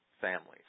families